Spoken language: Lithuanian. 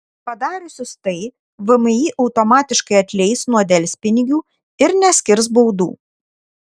padariusius tai vmi automatiškai atleis nuo delspinigių ir neskirs baudų